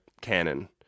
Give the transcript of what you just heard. canon